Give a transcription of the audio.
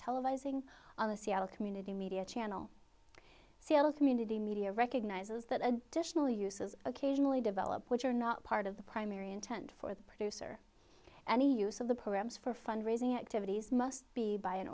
televising community media channel sales community media recognizes that additional uses occasionally develop which are not part of the primary intent for the producer any use of the programs for fund raising activities must be by an